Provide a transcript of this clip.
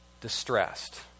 distressed